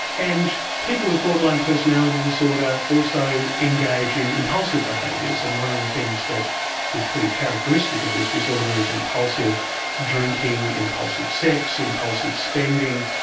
and people with borderline personality disorder also engage in impulsive behaviours, and one of the things that is pretty characteristic of this disorder is impulsive drinking, impulsive sex, impulsive spending,